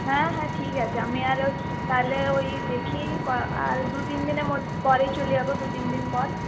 হ্যাঁ হ্যাঁ ঠিক আছে আমি আরও তাহলে ঐ দেখি আর দু তিন দিনের পরেই চলে যাবো দু তিন দিন পর